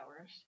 hours